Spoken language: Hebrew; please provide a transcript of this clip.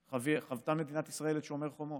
חוותה מדינת ישראל את שומר חומות,